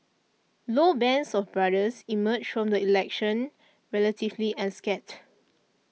low's band of brothers emerged from the election relatively unscathed